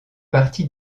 partie